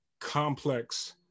complex